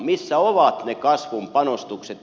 missä ovat ne kasvun panostukset